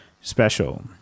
special